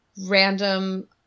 random